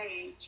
age